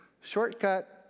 Shortcut